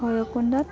ভৈৰৱকুণ্ডত